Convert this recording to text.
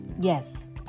Yes